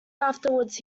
afterwards